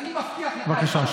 בבקשה.